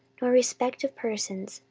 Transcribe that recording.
nor respect of persons,